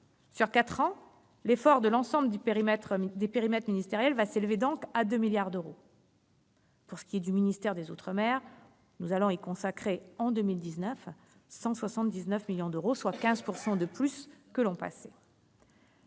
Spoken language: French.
quatre ans, l'effort de l'ensemble des périmètres ministériels va s'élever à 2 milliards d'euros. Pour ce qui est du ministère des outre-mer, nous allons y consacrer 179 millions d'euros en 2019, soit 15 % de plus que l'an passé.